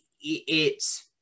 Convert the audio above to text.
it-